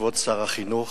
כבוד שר החינוך